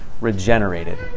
regenerated